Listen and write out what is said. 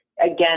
Again